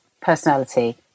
personality